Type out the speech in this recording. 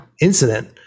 incident